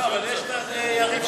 ודאי שאתה יכול.